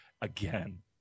again